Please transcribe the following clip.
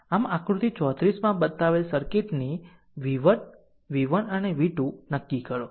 આમ આકૃતિ 34 માં બતાવેલ સર્કિટની v1 અને v2 નક્કી કરો